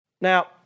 Now